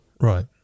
Right